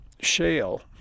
shale